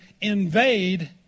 invade